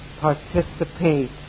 participate